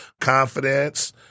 Confidence